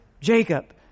Jacob